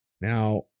Now